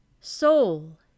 Soul